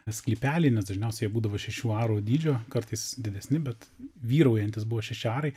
sklypelį nes dažniausiai jie būdavo šešių arų dydžio kartais didesni bet vyraujantys buvo šeši arai